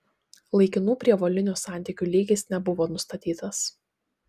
laikinų prievolinių santykių lygis nebuvo nustatytas